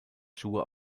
schuhe